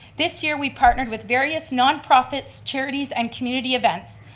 this year we partnered with various nonprofits, charities and community events.